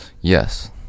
Yes